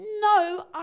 no